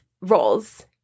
roles